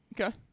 Okay